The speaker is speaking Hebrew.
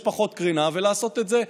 יש פחות קרינה ולעשות את זה,